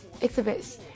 exhibits